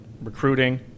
recruiting